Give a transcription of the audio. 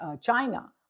China